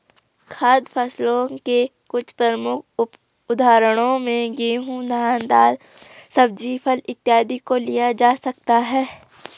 खाद्य फसलों के कुछ प्रमुख उदाहरणों में गेहूं, धान, दाल, सब्जी, फल इत्यादि को लिया जा सकता है